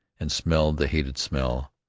and smelled the hated smell,